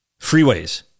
freeways